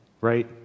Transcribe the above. right